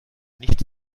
nicht